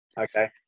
okay